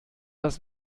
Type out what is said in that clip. las